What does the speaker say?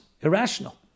irrational